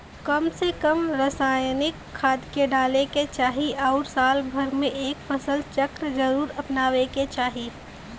कम से कम रासायनिक खाद के डाले के चाही आउर साल भर में एक फसल चक्र जरुर अपनावे के चाही